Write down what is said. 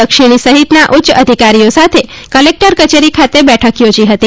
દક્ષિણી સહિતના ઉચ્ચ અધિકારીઓ સાથે કલેક્ટર કચેરી ખાતે બેઠક યોજી હતી